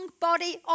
body